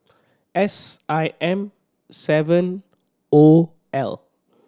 S I M seven O L